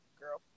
girl